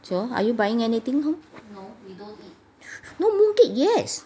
so are you buying anything home no mooncake yes